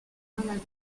malade